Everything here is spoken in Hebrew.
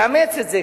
תאמץ את זה,